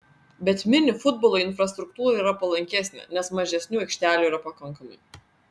bet mini futbolui infrastruktūra yra palankesnė nes mažesniu aikštelių yra pakankamai